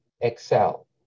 Excel